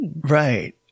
Right